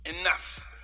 enough